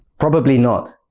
probably not.